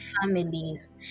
families